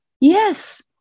Yes